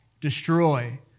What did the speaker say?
destroy